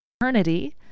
Eternity